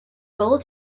goal